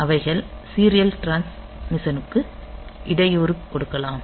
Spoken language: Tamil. அவைகள் சீரியல் டிரான்ஸ்மிஷனுக்கு இடையூறு கொடுக்கலாம்